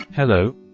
Hello